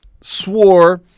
swore